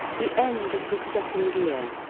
the end of the second year